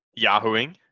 Yahooing